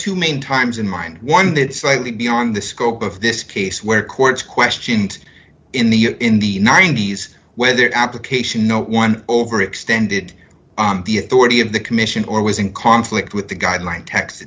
two main times in mind one that slightly beyond the scope of this case where courts questioned in the in the ninety's whether application no one over extended the authority of the commission or was in conflict with the guideline text